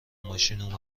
ماشین